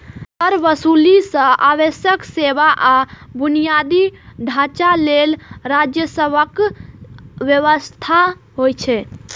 कर वसूली सं आवश्यक सेवा आ बुनियादी ढांचा लेल राजस्वक व्यवस्था होइ छै